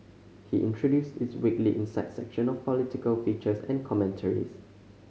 he introduced its weekly Insight section of political features and commentaries